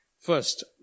First